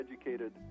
educated